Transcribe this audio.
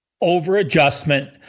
over-adjustment